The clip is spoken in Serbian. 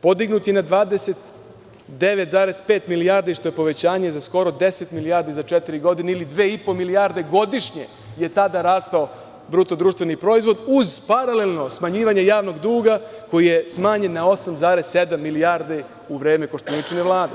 podignut je na 29,5 milijardi, što je povećanje za skoro 10 milijardi za četiri godine ili 2,5 milijarde godišnje je tada rastao BDP uz paralelno smanjivanje javnog duga koji je smanjen na 8,7 milijardi u vreme Koštuničine Vlade.